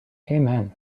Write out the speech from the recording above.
amen